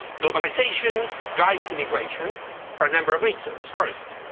globalization drives immigration for a number of reasons. first,